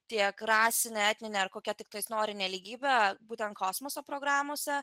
tiek rasinę etninę ar kokia tiktais nori nelygybę būtent kosmoso programose